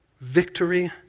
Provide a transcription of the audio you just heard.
victory